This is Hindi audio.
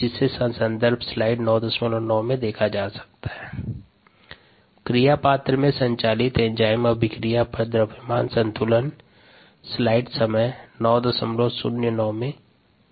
rgPrPk3 ES V संदर्भ स्लाइड टाइम 0909 क्रिया पात्र में संचालित एंजाइम अभिक्रिया पर द्रव्यमान संतुलन स्लाइड समय 0909 में दर्शित हैं